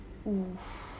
!oof!